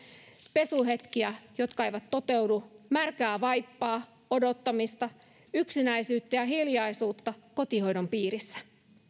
pesuhetkiä jotka eivät toteudu märkää vaippaa odottamista yksinäisyyttä ja hiljaisuutta kotihoidon piirissä